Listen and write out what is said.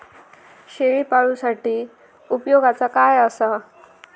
शेळीपाळूसाठी उपयोगाचा काय असा?